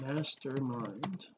Mastermind